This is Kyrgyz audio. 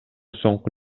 соңку